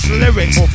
lyrics